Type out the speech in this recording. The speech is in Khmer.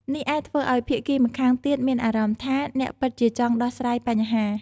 នេះអាចធ្វើឱ្យភាគីម្ខាងទៀតមានអារម្មណ៍ថា អ្នកពិតជាចង់ដោះស្រាយបញ្ហា។